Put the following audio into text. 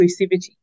inclusivity